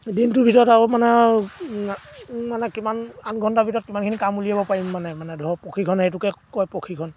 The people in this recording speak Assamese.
দিনটোৰ ভিতৰত আৰু মানে মানে কিমান আঠ ঘণ্টাৰ ভিতৰত কিমানখিনি কাম উলিয়াব পাৰিম মানে মানে ধৰক প্ৰশিক্ষণে সেইটোকে কয় প্ৰশিক্ষণ